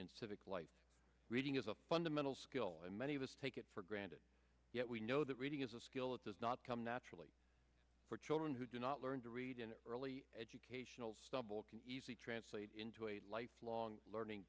in civic life reading is a fundamental skill and many of us take it for granted yet we know that reading is a skill that does not come naturally for children who do not learn to read an early educational stumble can easily translate into a lifelong learning